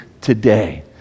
today